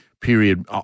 period